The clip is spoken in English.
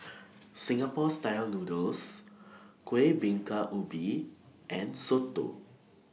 Singapore Style Noodles Kuih Bingka Ubi and Soto